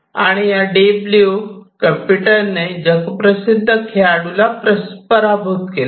आणि या Deep Blue computer ने जगप्रसिद्ध खेळाडुला पराभूत केले